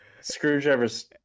Screwdrivers